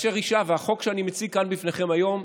החוק שאני מציג כאן לפניכם היום,